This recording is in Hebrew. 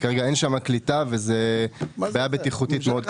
כרגע אין שם קליטה וזה בעיה בטיחותית קשה מאוד.